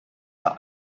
are